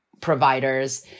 providers